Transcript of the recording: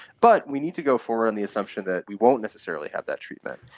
but we need to go forward on the assumption that we won't necessarily have that treatment.